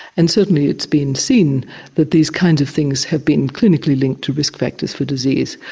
and certainly it's been seen that these kinds of things have been clinically linked to risk factors for disease.